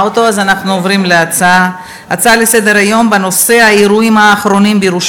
ההצבעה הייתה בעד,